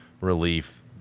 relief